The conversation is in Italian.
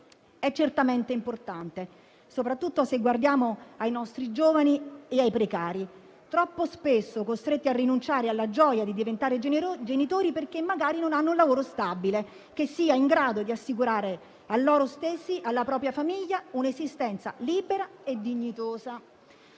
è certamente importante, soprattutto se guardiamo ai nostri giovani e ai precari, troppo spesso costretti a rinunciare alla gioia di diventare genitori perché magari non hanno un lavoro stabile che sia in grado di assicurare a loro stessi e alla propria famiglia un'esistenza libera e dignitosa.